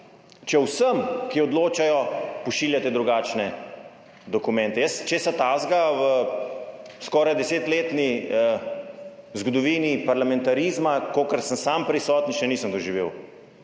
če vsem, ki odločajo, pošiljate drugačne dokumente. Jaz česa takega v skoraj desetletni zgodovini parlamentarizma, kolikor sem sam prisoten, še nisem doživel.